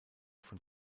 von